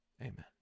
Amen